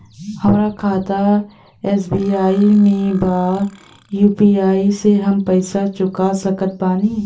हमारा खाता एस.बी.आई में बा यू.पी.आई से हम पैसा चुका सकत बानी?